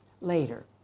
later